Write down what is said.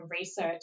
research